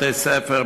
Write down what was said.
בתי-הספר,